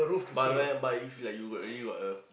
but when but if like you already got a